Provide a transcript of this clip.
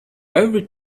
every